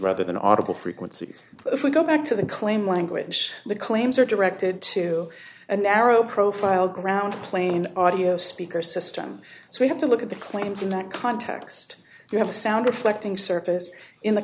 rather than audible frequencies if we go back to the claim language the claims are directed to a narrow profile ground plane audio speaker system so we have to look at the claims in that context you have a sound reflecting surface in the